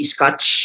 Scotch